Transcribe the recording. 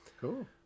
Cool